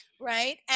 right